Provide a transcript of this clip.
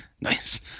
Nice